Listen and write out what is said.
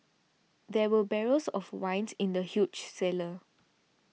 there were barrels of wine in the huge cellar